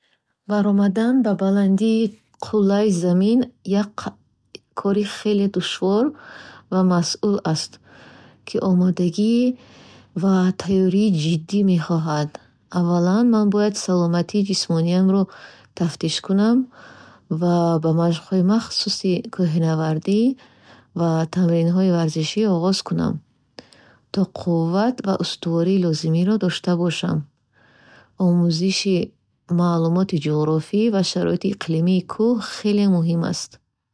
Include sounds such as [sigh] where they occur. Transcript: Баромадан ба баландии қуллаи Замин як [hesitation] кори хеле душвор ва масъул аст, ки омодагӣ ва тайёрии ҷиддӣ мехоҳад. Аввалан, ман бояд саломатии ҷисмониамро тафтиш кунам ва ба машқҳои махсуси кӯҳнавардӣ ва тамринҳои варзишӣ оғоз кунам, то қувват ва устувории лозимаро дошта бошам. Омӯзиши маълумоти ҷуғрофӣ ва шароити иқлимии кӯҳ хеле муҳим аст.